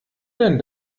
denn